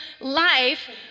life